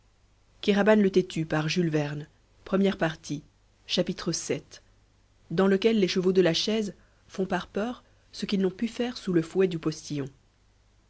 vii dans lequel les chevaux de la chaise font par peur ce qu'ils n'ont pu faire sous le fouet du postillon